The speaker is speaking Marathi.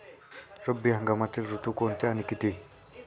रब्बी हंगामातील ऋतू कोणते आणि किती?